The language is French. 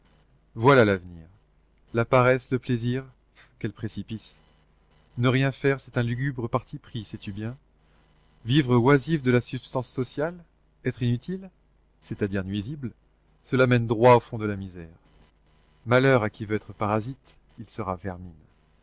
voilà l'avenir la paresse le plaisir quels précipices ne rien faire c'est un lugubre parti pris sais-tu bien vivre oisif de la substance sociale être inutile c'est-à-dire nuisible cela mène droit au fond de la misère malheur à qui veut être parasite il sera vermine